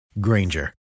Granger